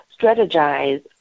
strategize